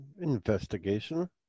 Investigation